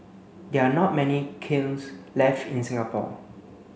there are not many kilns left in Singapore